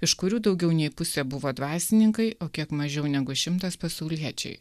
iš kurių daugiau nei pusė buvo dvasininkai o kiek mažiau negu šimtas pasauliečiai